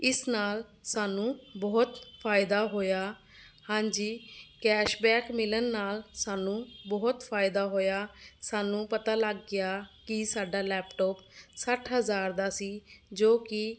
ਇਸ ਨਾਲ ਸਾਨੂੰ ਬਹੁਤ ਫਾਇਦਾ ਹੋਇਆ ਹਾਂਜੀ ਕੈਸ਼ਬੈਕ ਮਿਲਨ ਨਾਲ ਸਾਨੂੰ ਬਹੁਤ ਫਾਇਦਾ ਹੋਇਆ ਸਾਨੂੰ ਪਤਾ ਲੱਗ ਗਿਆ ਕਿ ਸਾਡਾ ਲੈਪਟੋਪ ਸੱਠ ਹਜ਼ਾਰ ਦਾ ਸੀ ਜੋ ਕਿ